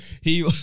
he-